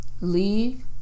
leave